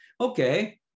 Okay